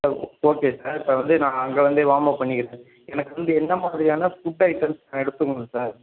sir oh okay sir இப்போ வந்து நான் அங்கே வந்தே வாம்அப் பண்ணிக்கிறேன் சார் எனக்கு வந்து எந்த மாதிரியான ஃபுட்டு ஐட்டம்ஸ் நான் எடுத்துக்கணும் சார்